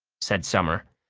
said summer.